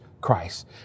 Christ